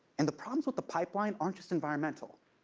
and the problems with the pipeline aren't just environmental.